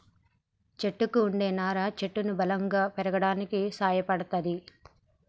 చెట్టుకు వుండే నారా చెట్టును బలంగా పెరగడానికి సాయపడ్తది